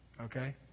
okay